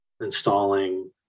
installing